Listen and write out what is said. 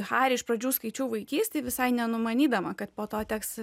harį iš pradžių skaičiau vaikystėj visai nenumanydama kad po to teks